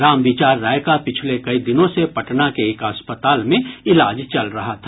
रामविचार राय का पिछले कई दिनों से पटना के एक अस्पताल में इलाज चल रहा था